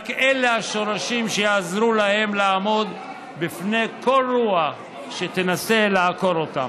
ואלה רק השורשים שיעזרו להם לעמוד בפני כל רוח שתנסה לעקור אותם,